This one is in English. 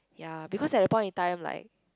ya because at the point in time like